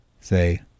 say